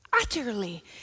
utterly